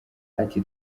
ati